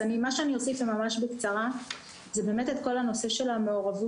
אז מה שאני אוסיף זה ממש בקצרה זה באמת את כל הנושא של המעורבות